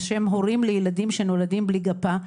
בשם הורים לילדים שנולדים בלי גפה,